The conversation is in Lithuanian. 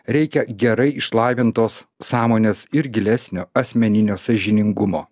reikia gerai išlavintos sąmonės ir gilesnio asmeninio sąžiningumo